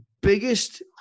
biggest